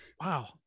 wow